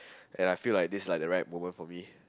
and I feel like this is like the right moment for me